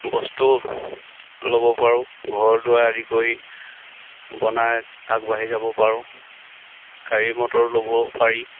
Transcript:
বস্তু ল'ব পাৰোঁ ঘৰি দুৱাৰ আদি কৰি বনাই আগবাঢ়ি যাব পাৰোঁ গাড়ী মটৰ ল'ব পাৰি